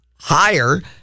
higher